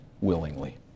willingly